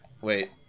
Wait